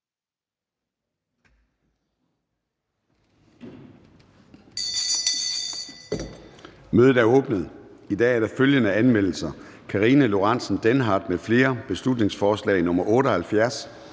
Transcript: Mødet er åbnet. I dag er der følgende anmeldelser: Karina Lorentzen Dehnhardt (SF) m.fl.: Beslutningsforslag nr. B